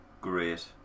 great